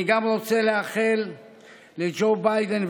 אני גם רוצה לאחל לג'ו ביידן,